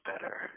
better